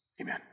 Amen